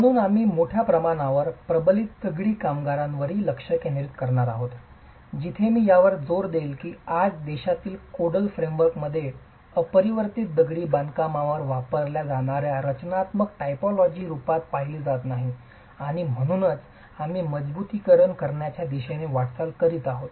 म्हणून आम्ही मोठ्या प्रमाणावर प्रबलित दगडी बांधकामांवरही लक्ष केंद्रित करणार आहोत जिथे मी यावर जोर देईल की आज देशातील कोडल फ्रेमवर्कमध्ये अपरिवर्तित दगडी बांधकामवापरल्या जाणाऱ्या रचनात्मक टायपॉलॉजीच्या रूपात पाहिली जात नाही आणि म्हणूनच आम्ही मजबुतीकरण करण्याच्या दिशेने वाटचाल करत आहोत